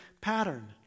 pattern